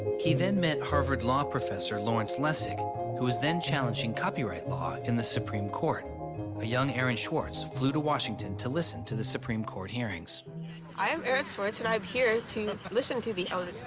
he then met harward law professot lawrence lessig who was then challenging copyright law in the supreme court a young aaron swartz flew to washington to listen to the supreme court hearings i'm aaron swartz and i'm here to listen to the eldred.